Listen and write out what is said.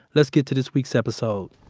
let's get to this week's episode.